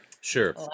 Sure